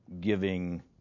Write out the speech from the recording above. giving